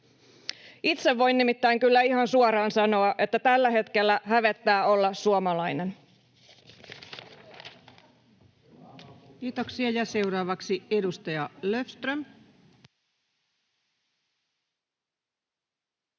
Itse voin nimittäin kyllä ihan suoraan sanoa, että tällä hetkellä hävettää olla suomalainen. Kiitoksia. — Ja seuraavaksi edustaja Löfström.